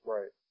Right